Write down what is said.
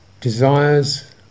desires